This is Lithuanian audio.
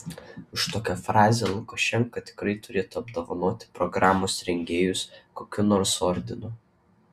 už tokią frazę lukašenka tikrai turėtų apdovanoti programos rengėjus kokiu nors ordinu